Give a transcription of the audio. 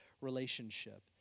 relationship